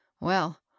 Well